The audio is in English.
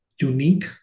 unique